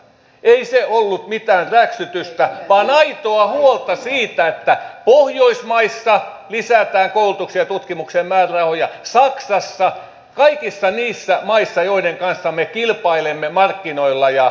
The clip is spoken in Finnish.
ei se ollut mitään räksytystä vaan aitoa huolta siitä että pohjoismaissa lisätään koulutukseen ja tutkimukseen määrärahoja saksassa kaikissa niissä maissa joiden kanssa me kilpailemme markkinoilla ja osaamisessa